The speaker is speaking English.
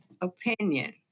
opinion